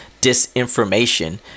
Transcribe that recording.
disinformation